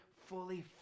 fully